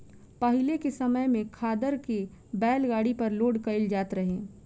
पाहिले के समय में खादर के बैलगाड़ी पर लोड कईल जात रहे